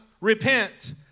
repent